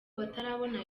batarabona